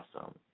awesome